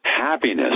Happiness